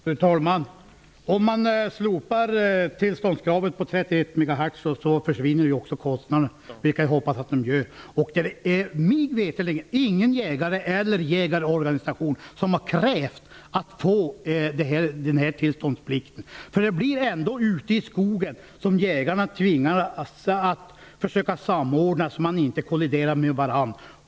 Fru talman! Om man slopar tillståndskravet för apparater för 31Hz försvinner också kostnaden. Vi kan hoppas att så sker. Mig veterligen är det ingen jägare, eller jägarorganisation som har krävt denna tillståndsplikt. Ute i skogen tvingas ju ändå jägarna att försöka samordna, så att man inte kolliderar med varandra.